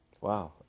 Wow